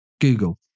Google